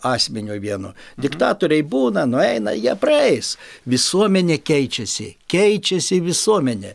asmeniu vienu diktatoriai būna nueina jie praeis visuomenė keičiasi keičiasi visuomenė